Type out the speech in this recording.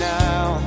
now